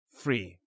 free